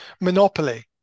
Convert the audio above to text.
Monopoly